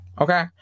okay